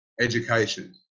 education